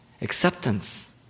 acceptance